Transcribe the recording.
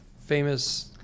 famous